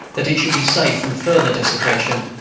that it should be safe from further desecration,